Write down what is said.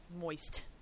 moist